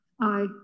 Aye